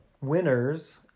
Winners